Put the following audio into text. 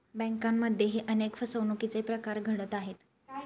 बँकांमध्येही अनेक फसवणुकीचे प्रकार घडत आहेत